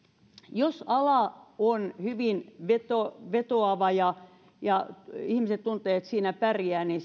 jos ala on hyvin vetoava vetoava ja ja ihmiset tuntevat että siinä pärjää niin